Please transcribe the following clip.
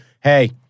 hey